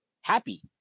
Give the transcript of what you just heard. happy